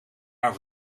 haar